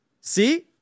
see